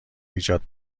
ایجاد